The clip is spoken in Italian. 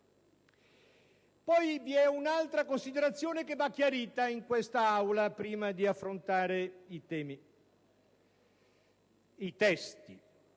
Vi è un'altra considerazione, che va chiarita in Aula, prima di affrontare i testi.